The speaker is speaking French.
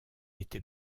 était